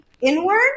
inward